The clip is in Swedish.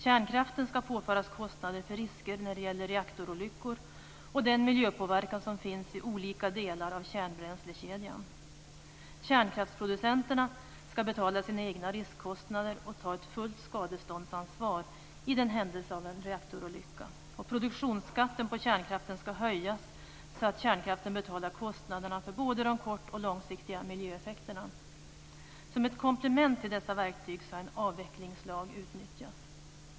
Kärnkraften ska påföras kostnader för risker när det gäller reaktorolyckor och den miljöpåverkan som finns i olika delar av kärnbränslekedjan. Kärnkraftsproducenterna ska betala sina egna riskkostnader och ta ett fullt skadeståndsansvar i händelse av en reaktorolycka. Produktionsskatten på kärnkraften ska höjas så att kärnkraften betalar kostnaderna för både de kort och långsiktiga miljöeffekterna. Som ett komplement till dessa verktyg ska en avvecklingslag utnyttjas.